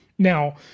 Now